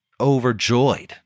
overjoyed